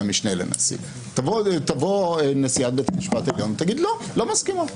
היה משנה לנשיא תבוא נשיאת בית המשפט העליון ותגיד: לא מסכימה,